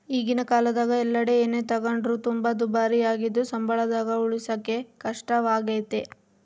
ಈಗಿನ ಕಾಲದಗ ಎಲ್ಲೆಡೆ ಏನೇ ತಗೊಂಡ್ರು ತುಂಬಾ ದುಬಾರಿಯಾಗಿದ್ದು ಸಂಬಳದಾಗ ಉಳಿಸಕೇ ಕಷ್ಟವಾಗೈತೆ